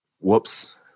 whoops